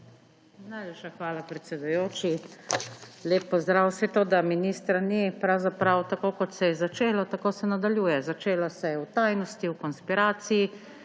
Najlepša hvala, predsedujoči. Lep pozdrav! Saj to, da ministra ni, je pravzaprav tako, kot se je začelo. Tako se nadaljuje. Začelo se je v tajnosti, v konspiraciji